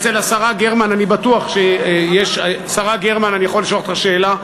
השרה גרמן, אני יכול לשאול אותך שאלה?